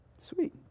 Sweet